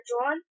John